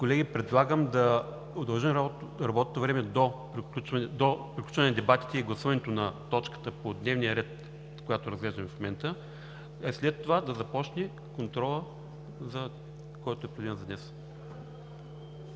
Колеги, предлагам да удължим работното време до приключване на дебатите и гласуването на точката по дневния ред, която разглеждаме в момента, а след това да започне контролът, който е предвиден за днес.